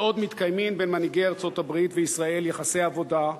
כל עוד מתקיימים בין מנהיגי ארצות-הברית וישראל יחסי עבודה,